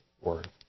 word